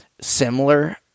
similar